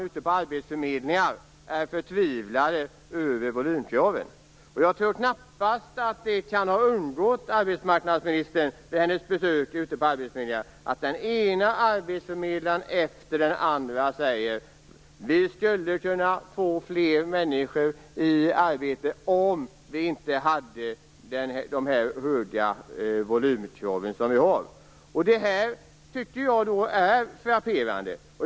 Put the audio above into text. Ute på arbetsförmedlingar är man förtvivlad över volymkraven. Jag tror knappast att det kan ha undgått arbetsmarknadsministern vid hennes besök ute på arbetsförmedlingar att den ena arbetsförmedlaren efter den andra säger: Vi skulle kunna få fler människor i arbete om vi inte hade dessa höga volymkrav. Detta tycker jag är frapperande.